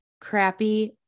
crappy